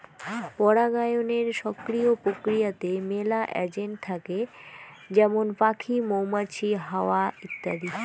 পরাগায়নের সক্রিয় প্রক্রিয়াতে মেলা এজেন্ট থাকে যেমন পাখি, মৌমাছি, হাওয়া ইত্যাদি